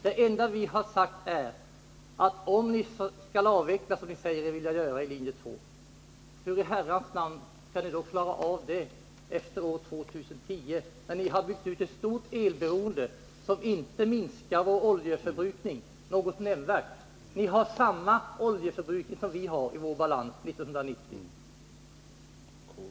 Det enda vi har.sagt är: Om ni skall avveckla, som ni säger er vilja göra i linje 2, hur i Herrans namn skall ni klara av det efter 2010, när ni har byggt ut ett stort elberoende som inte minskar vår oljeförbrukning något nämnvärt? Ni har samma oljeförbrukning som vi har i vår balans 1990.